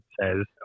says